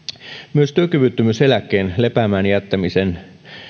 myös työkyvyttömyyseläkkeen lepäämään jättämisen